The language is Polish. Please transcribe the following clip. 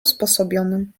usposobionym